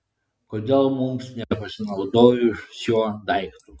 kodėl mums nepasinaudojus šiuo daiktu